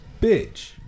bitch